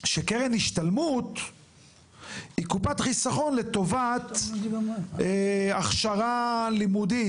שקרן השתלמות היא קופת חסכון לטובת הכשרה לימודית.